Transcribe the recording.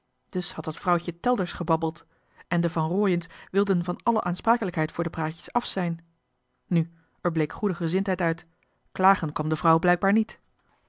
dus had dat vrouwtje telders gebabbeld en de van rooien's wilden van alle aansprakelijkheid voor de praatjes af zijn nu er bleek goede gezindheid uit klagen kwam de vrouw blijkbaar niet